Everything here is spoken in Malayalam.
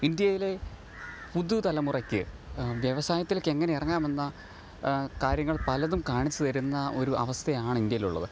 ഇന്ത്യയിലെ പുതു തലമുറക്ക് വ്യവസായത്തിലേക്ക് എങ്ങനെ ഇറങ്ങാമെന്ന കാര്യങ്ങൾ പലതും കാണിച്ചു തരുന്ന ഒരു അവസ്ഥയാണിന്ത്യയിലുള്ളത്